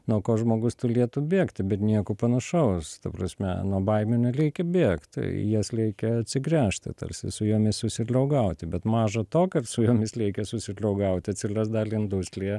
nuo ko žmogus tulėtų bėgti bet nieko panašaus ta prasme nuo baimių neleikia bėgt į jas leikia atsigręžti tarsi su jomis susidlaugauti bet maža to kad su jomis leikia susidraugauti atsilias dal industlija